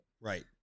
right